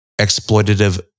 exploitative